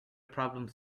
problems